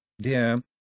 Dear